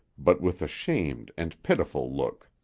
but with a shamed and pitiful look.